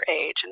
age